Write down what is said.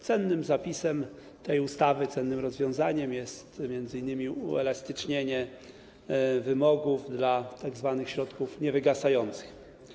Cennym zapisem tej ustawy, cennym rozwiązaniem jest m.in. uelastycznienie wymogów dla tzw. środków niewygasających.